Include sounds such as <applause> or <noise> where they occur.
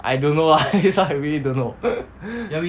I don't know ah <laughs> this [one] I really don't know <laughs>